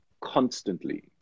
constantly